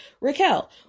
raquel